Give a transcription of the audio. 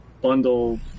bundle